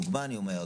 דוגמה אני אומר,